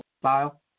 style